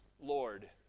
Lord